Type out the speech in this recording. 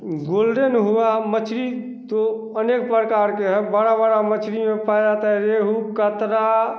golden हुआ मछली तो अनेक प्रकार के हैं बड़ी बड़ी मछली इसमें पाई जाती है रोहू काटला